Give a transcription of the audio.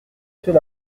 fait